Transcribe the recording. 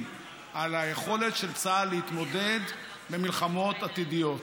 על היכולת של צה"ל להתמודד במלחמות עתידיות.